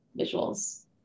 visuals